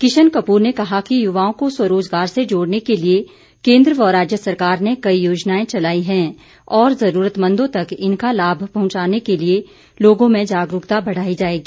किशन कपूर ने कहा कि युवाओं को स्वरोजगार से जोड़ने के लिए केन्द्र व राज्य सरकार ने कई योजनाएं चलाई हैं और ज़रूरतमंदों तक इनका लाभ पहुंचाने के लिए लोगों में जागरूकता बढ़ाई जाएगी